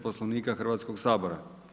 Poslovnika Hrvatskog sabora.